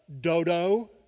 Dodo